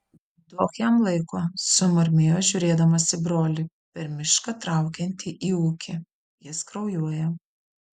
duok jam laiko sumurmėjo žiūrėdamas į brolį per mišką traukiantį į ūkį jis kraujuoja